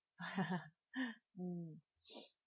mm